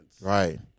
Right